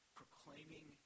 proclaiming